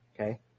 Okay